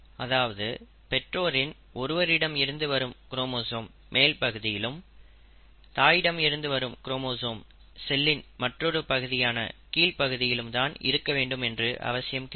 அதாவது பெற்றோரின் ஒருவரிடம் இருந்து வரும் குரோமோசோம் மேல் பகுதியிலும் தாயிடம் இருந்து வரும் குரோமோசோம் செல்லின் மற்றொரு பகுதியான கீழ் பகுதியிலும் தான் இருக்க வேண்டும் என்ற அவசியம் கிடையாது